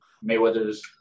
Mayweather's